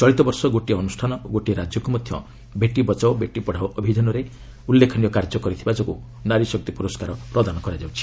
ଚଳିତ ବର୍ଷ ଗୋଟିଏ ଅନୁଷାନ ଓ ଗୋଟିଏ ରାଜ୍ୟକୁ ମଧ୍ୟ 'ବେଟି ବଚାଓ ବେଟି ପଢ଼ାଓ' ଅଭିଯାନରେ ଉଲ୍ଲ୍ଲେଖନୀୟ କାର୍ଯ୍ୟ କରିଥିବା ଯୋଗୁଁ ନାରୀ ଶକ୍ତି ପୁରସ୍କାର ପ୍ରଦାନ କରାଯାଉଛି